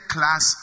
Class